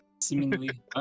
Seemingly